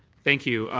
thank you.